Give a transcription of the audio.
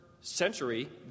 century